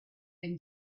been